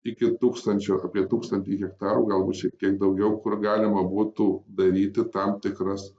iki tūkstančio apie tūkstantį hektarų galbūt šiek tiek daugiau kur galima būtų daryti tam tikras